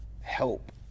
help